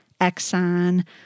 Exxon